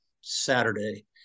Saturday